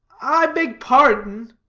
i beg pardon,